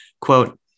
Quote